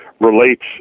Relates